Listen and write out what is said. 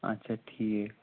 اچھا ٹھیٖک